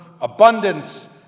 abundance